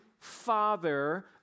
father